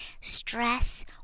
stress